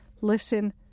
listen